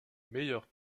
meilleure